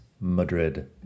Madrid